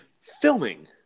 filming